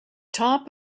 top